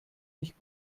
nicht